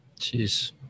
Jeez